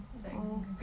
orh